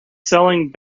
selling